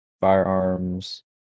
firearms